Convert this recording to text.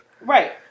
Right